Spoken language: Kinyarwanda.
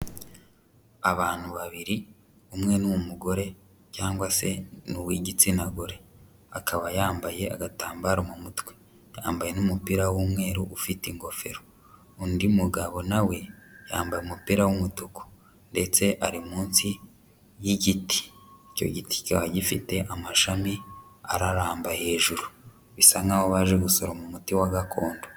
Abantu babiri umwe n'umugore cyangwa se ni uw'igitsina gore akaba yambaye agatambaro mu mutwe yambaye n'umupira w'umweru ufite ingofero, undi mugabo nawe yambaye umupira w'umutuku ndetse ari munsi y'igiti icyo giti cyikaba gifite amashami araramba hejuru bisa nk'aho baje gusoroma umuti wa gakondo.